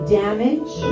damage